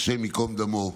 ה' ייקום דמו,